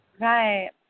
right